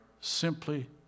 simply